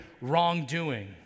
wrongdoing